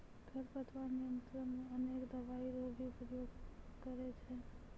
खरपतवार नियंत्रण मे अनेक दवाई रो भी प्रयोग करे छै